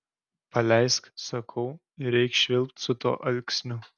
paleisk sakau ir eik švilpt su tuo alksniu